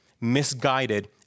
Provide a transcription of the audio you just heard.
misguided